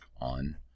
on